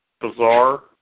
bizarre